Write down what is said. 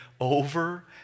over